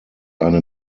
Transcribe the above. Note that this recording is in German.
eine